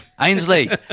Ainsley